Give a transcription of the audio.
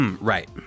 Right